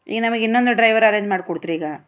ಈಗ ನಮಗೆ ಇನ್ನೊಂದು ಡ್ರೈವರ್ ಅರೇಂಜ್ ಮಾಡ್ಕೊಡ್ತ್ರಿ ಈಗ